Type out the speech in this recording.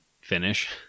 finish